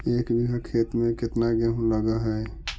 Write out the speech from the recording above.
एक बिघा खेत में केतना गेहूं लग है?